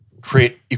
create